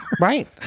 Right